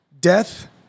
death